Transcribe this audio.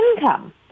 income